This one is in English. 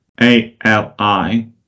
A-L-I